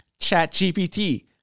ChatGPT